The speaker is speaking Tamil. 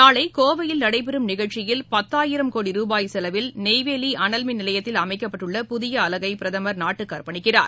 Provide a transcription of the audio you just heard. நாளைகோவையில் நடைபெறும் நிகழ்ச்சியில் பத்தாயிரம் கோடி ரூபாய் செலவில் நெய்வேலிஅனல் மின் நிலையத்தில் அமைக்கப்பட்டுள்ள புதியஅலகைபிரதமர் நாட்டுக்குஅர்ப்பணிக்கிறார்